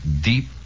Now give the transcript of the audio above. deep